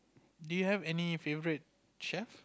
do you have any favorite chef